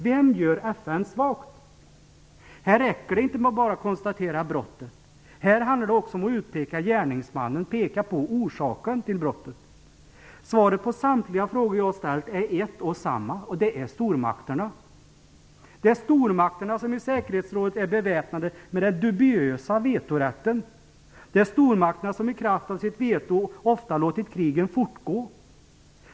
Vem gör FN Här räcker det inte med att bara konstatera brottet. Här handlar det också om att utpeka gärningsmannen och om att peka på orsaken till brottet. Svaret på samtliga frågor som jag har ställt är ett och samma: Det är stormakterna. Det är stormakterna som i säkerhetsrådet är beväpnade med den dubiösa vetorätten. Det är stormakterna som i kraft av sitt veto ofta låtit krigen fortgå.